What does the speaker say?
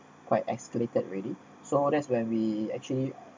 quite escalated already so that's when we actually